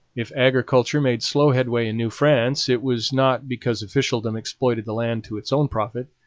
if agriculture made slow headway in new france it was not because officialdom exploited the land to its own profit.